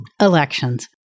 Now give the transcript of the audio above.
elections